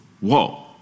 Whoa